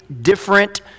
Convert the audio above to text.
different